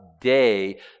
day